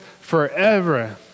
forever